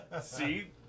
See